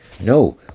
No